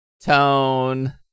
Tone